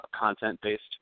content-based